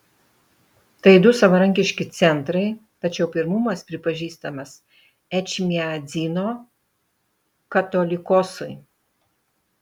tai du savarankiški centrai tačiau pirmumas pripažįstamas ečmiadzino katolikosui